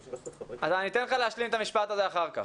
אני אתן לך להשלים את המשפט אחר כך.